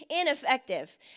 ineffective